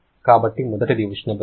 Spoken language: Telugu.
కాబట్టి మొదటిది ఉష్ణ బదిలీ